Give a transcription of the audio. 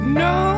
no